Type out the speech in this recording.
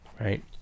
right